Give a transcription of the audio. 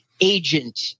agent